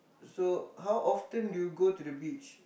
so how often do you go to the beach